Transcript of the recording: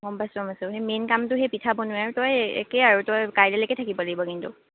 গম পাইছোঁ গম পাইছো সেই মেইন কামটো সেই পিঠা বনোৱাই আৰু তই একেই আৰু তই কাইলে লৈকে থাকিব লাগিব কিন্তু